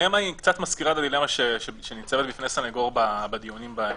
הדילמה קצת מזכירה דילמה שניצבת בפני סנגור בדיונים בשטח.